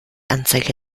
anzeige